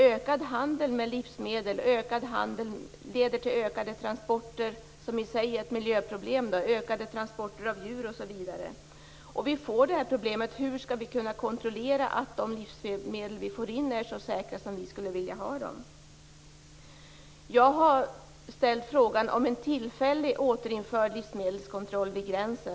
Ökad handel med livsmedel leder till ökade transporter, som i sig innebär ett miljöproblem, till mer av djurtransporter osv. Vi får också problemet hur vi skall kunna kontrollera att de livsmedel som vi får in är så säkra som vi vill att de skall vara. Jag har ställt en fråga om ett tillfälligt återinförande av livsmedelskontroll vid gränsen.